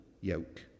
yoke